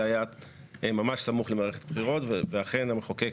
היה ממש סמוך למערכת הבחירות ואכן המחוקק